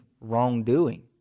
wrongdoing